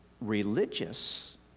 religious